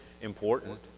important